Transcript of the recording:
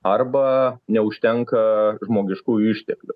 arba neužtenka žmogiškųjų išteklių